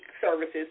services